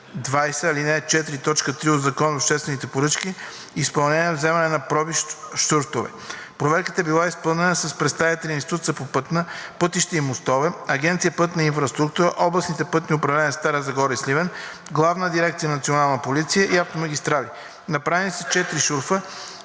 20, ал. 4, т. 3 от Закона за обществените поръчки изпълнение вземане на проби щурцове. Проверката е била изпълнена с представители на Института по пътища и мостове, Агенция „Пътна инфраструктура“, областните пътни управления на Стара Загора и Сливен, Главна дирекция „Национална полиция“ и „Автомагистрали“. Направени са четири шурфа,